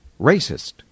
racist